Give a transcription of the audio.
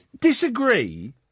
Disagree